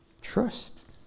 trust